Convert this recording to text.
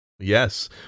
Yes